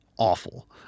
Awful